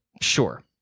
Sure